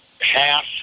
half